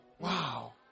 wow